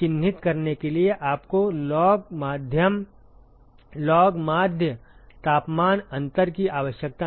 चिह्नित करने के लिए आपको लॉग माध्य तापमान अंतर की आवश्यकता नहीं है